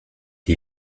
les